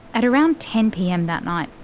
at around ten pm that night,